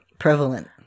Prevalent